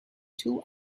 two